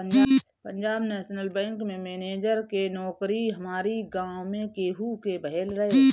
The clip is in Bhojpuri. पंजाब नेशनल बैंक में मेनजर के नोकरी हमारी गांव में केहू के भयल रहे